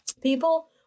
people